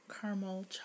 caramel